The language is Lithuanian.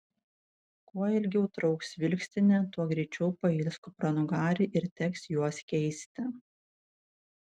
kuo ilgiau trauks vilkstinė tuo greičiau pails kupranugariai ir teks juos keisti